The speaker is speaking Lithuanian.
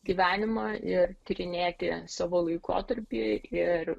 gyvenimą ir tyrinėti savo laikotarpį ir